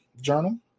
journal